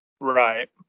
Right